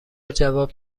جواب